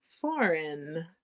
foreign